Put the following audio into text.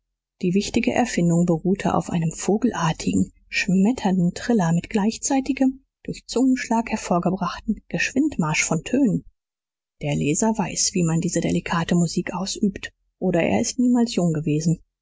die wichtige erfindung beruhte auf einem vogelartigen schmetternden triller mit gleichzeitigem durch zungenschlag hervorgebrachten geschwindmarsch von tönen der leser weiß wie man diese delikate musik ausübt oder er ist niemals jung gewesen